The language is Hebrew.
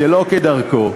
שלא כדרכו,